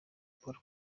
poro